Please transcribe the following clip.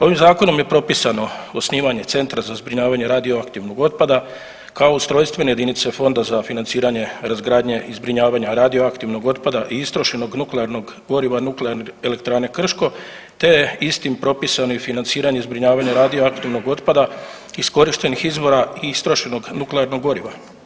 Ovim Zakonom je propisano osnivanje centra za zbrinjavanje radioaktivnog otpada kao ustrojstvene jedinice Fonda za financiranje razgradnje i zbrinjavanja radioaktivnog otpada i istrošenog nuklearnog goriva Nuklearne elektrane Krško te je istim propisano i financiranje zbrinjavanja radioaktivnog otpada iskorištenih izvora i istrošenog nuklearnog goriva.